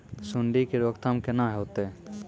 सुंडी के रोकथाम केना होतै?